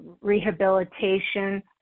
rehabilitation